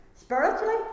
spiritually